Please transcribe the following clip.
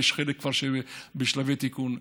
ויש חלק שכבר בשלבי תיקון.